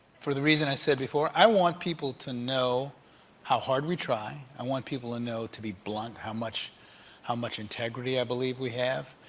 for the reason i said before. i want people to know how hard we try. i want people and to be blunt how much how much integrity i believe we have,